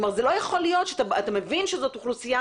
זה לא יכול להיות שאתה מבין שזאת אוכלוסייה